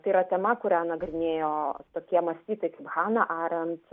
tai yra tema kurią nagrinėjo tokie mąstytojai kaip hana arent